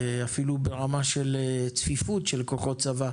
אפילו ברמה של צפיפות של כוחות צבא.